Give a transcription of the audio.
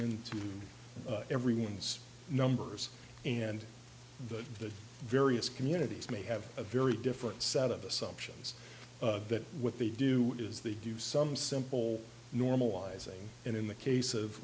in everyone's numbers and the various communities may have a very different set of assumptions that what they do is they do some simple normalizing and in the case of